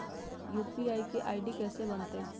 UPI के ID कैसे बनतई?